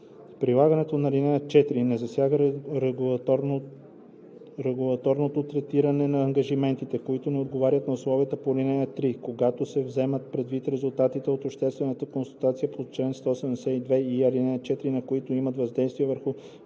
Прилагането на ал. 4 не засяга регулаторното третиране на ангажиментите, които не отговарят на условията по ал. 3, като се вземат предвид резултатите от обществената консултация по чл. 172и, ал. 4, но които имат въздействие върху